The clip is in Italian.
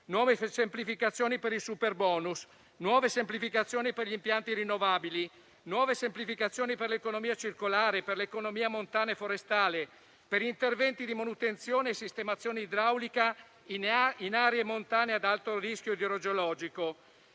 nuove semplificazioni per il super bonus, nuove semplificazioni per gli impianti rinnovabili, nuove semplificazioni per l'economia circolare, per l'economia montana e forestale, per interventi di manutenzione e sistemazione idraulica in aree montane ad alto rischio idrogeologico.